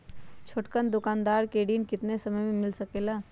छोटकन दुकानदार के ऋण कितने समय मे मिल सकेला?